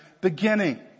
beginning